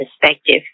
perspective